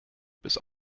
bis